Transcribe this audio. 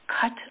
cut